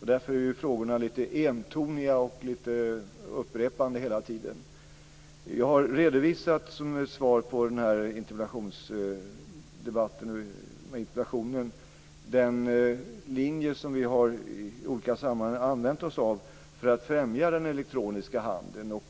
Därför är frågorna lite entoniga och lite upprepande hela tiden. Som svar på interpellationen har jag redovisat den linje som vi i olika sammanhang har använt oss av för att främja den elektroniska handeln.